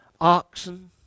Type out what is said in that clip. oxen